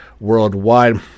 worldwide